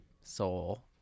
soul